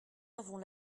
avons